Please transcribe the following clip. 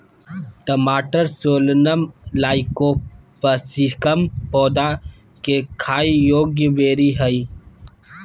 टमाटरसोलनम लाइकोपर्सिकम पौधा केखाययोग्यबेरीहइ